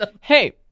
Hey